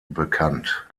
bekannt